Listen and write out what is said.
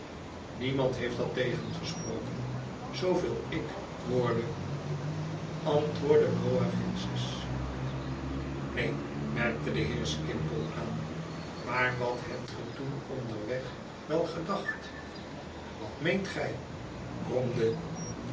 niemand heeft dat tegengesproken zooveel ik hoorde antwoordde coavinses neen merkte mijnheer skimpole aan maar wat hebt ge toen onderweg wel gedacht wat meent gij